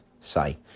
say